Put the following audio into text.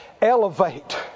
Elevate